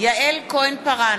יעל כהן-פארן,